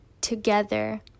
together